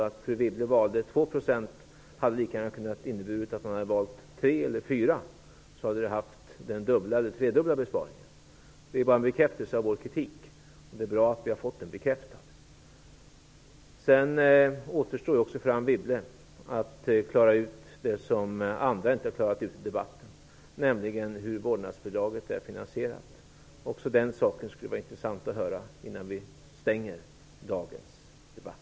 Fru Wibble valde 2 %, men hon hade lika gärna kunnat välja 3 % eller 4 %. Då hade hon fått den dubbla eller tredubbla besparingen. Detta är bara en bekräftelse av vår kritik, och det är bra att vi har fått den bekräftad. Det återstår för Anne Wibble att klara ut det som andra inte har klarat ut i debatten, nämligen hur vårdnadsbidraget skall finansieras. Det skulle vara intressant att höra också om den saken innan vi avslutar dagens debatt.